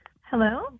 Hello